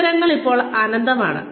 അവസരങ്ങൾ ഇപ്പോൾ അനന്തമാണ്